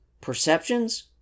perceptions